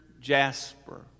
jasper